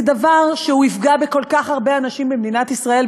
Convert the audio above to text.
זה דבר שיפגע בכל כך הרבה אנשים במדינת ישראל,